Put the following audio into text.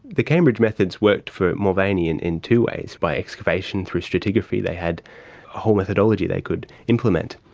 the cambridge methods worked for mulvaney and in two ways, by excavation through stratigraphy. they had a whole methodology they could implement.